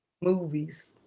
Movies